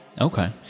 Okay